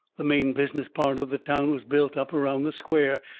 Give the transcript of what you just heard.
the main business part of the town was built up around the square,